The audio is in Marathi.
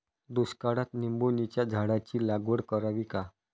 दुष्काळात निंबोणीच्या झाडाची लागवड करावी का?